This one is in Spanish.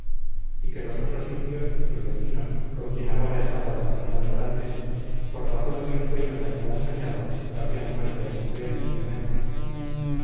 y que los otros indios sus vecinos con quien agora estaba el capitán dorantes por razón de un sueño que habían soñado habían muerto a esquivel y a méndez